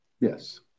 Yes